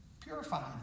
Purifying